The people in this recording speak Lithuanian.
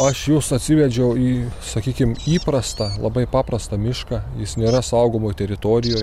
aš jus atsivedžiau į sakykim įprastą labai paprastą mišką jis nėra saugomoj teritorijoj